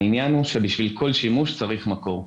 העניין הוא שבשביל כל שימוש צריך מקור,